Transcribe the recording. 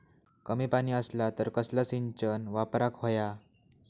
कमी पाणी असला तर कसला सिंचन वापराक होया?